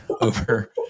over